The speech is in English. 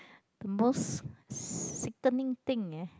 the most sickening thing yeah